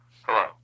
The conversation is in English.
Hello